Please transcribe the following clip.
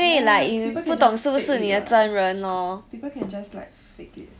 ya people can just fake it what people can just like fake it